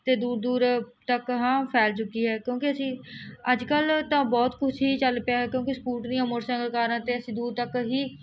ਅਤੇ ਦੂਰ ਦੂਰ ਤੱਕ ਹਾਂ ਫੈਲ ਚੁੱਕੀ ਕਿਉਂਕਿ ਅਸੀਂ ਅੱਜ ਕੱਲ੍ਹ ਤਾਂ ਬਹੁਤ ਕੁਛ ਹੀ ਚੱਲ ਪਿਆ ਕਿਉਂਕਿ ਸਕੂਟਰੀਆਂ ਮੋਟਰ ਸਾਈਕਲ ਕਾਰਾ 'ਤੇ ਅਸੀਂ ਦੂਰ ਤੱਕ ਹੀ